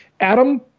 adam